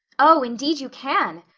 oh, indeed you can,